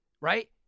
right